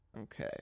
Okay